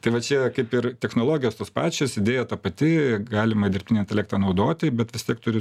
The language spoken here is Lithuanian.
tai va čia kaip ir technologijos tos pačios idėja ta pati galima dirbtinį intelektą naudoti bet vis tiek turi